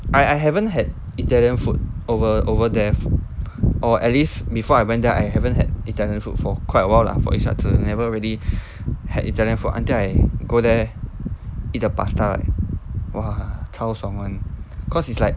I I haven't had italian food over over there or at least before I went there I haven't had italian food for quite awhile lah for 一下子 never really had italian for until I go there eat the pasta right !wow! 超爽 [one] cause it's like